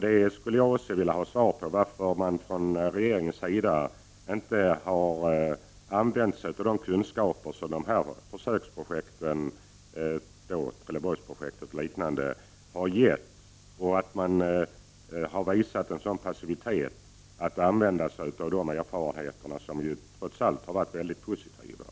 Jag skulle gärna vilja ha svar på frågan varför man från regeringens sida inte har använt sig av de kunskaper som olika försöksprojekt, exempelvis Trelleborgsprojektet, har gett. Varför har man visat en sådan passitivitet, trots att erfarenheterna har varit så positiva?